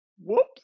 Whoops